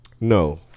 No